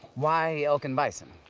why elk and bison?